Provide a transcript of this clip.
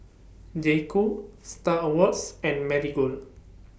J Co STAR Awards and Marigold